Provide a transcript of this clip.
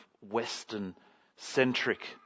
Western-centric